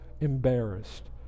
embarrassed